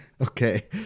Okay